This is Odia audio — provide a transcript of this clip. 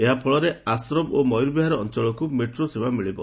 ଏହାଫଳରେ ଆଶ୍ରମ ଓ ମୟୂରବିହାର ଅଞ୍ଚଳକୁ ମେଟ୍ରୋ ସେବା ମିଳିବ